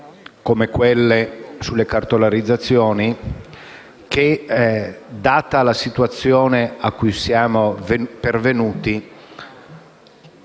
come quelle sulle cartolarizzazioni che, data la situazione a cui siamo pervenuti,